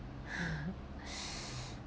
ha